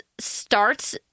starts